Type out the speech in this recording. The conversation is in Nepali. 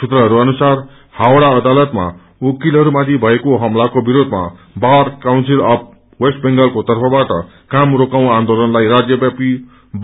सूत्रहरू अनुसार हावड़ा अदालतमा उकलहरूमाथि भएको हमलाको विरोधमा बार काउन्सिल अफ वेस्ट बेंगालको तर्फबाट मा रोकौं आन्दोलनलाई राज्य व्यापी